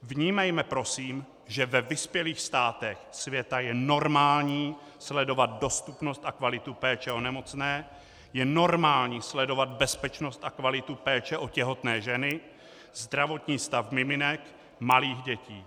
Vnímejme prosím, že ve vyspělých státech světa je normální sledovat dostupnost a kvalitu péče o nemocné, je normální sledovat bezpečnost a kvalitu péče o těhotné ženy, zdravotní stav miminek, malých dětí.